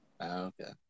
okay